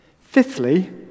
Fifthly